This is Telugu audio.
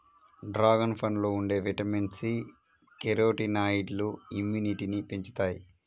డ్రాగన్ పండులో ఉండే విటమిన్ సి, కెరోటినాయిడ్లు ఇమ్యునిటీని పెంచుతాయి